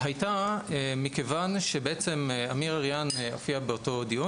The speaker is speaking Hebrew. הייתה מכיוון שעמיר אריהן הופיע באותו דיון